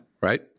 right